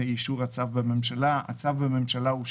הביטחוני העדכני לפני אישור הצו בממשלה];" הצו אושר